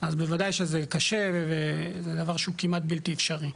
אז בוודאי שזה קשה וזה דבר שהוא כמעט בלתי אפשרי.